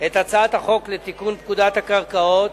את הצעת החוק לתיקון פקודת הקרקעות,